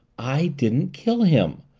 i didn't kill him,